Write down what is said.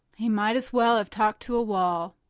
he might as well have talked to a wall.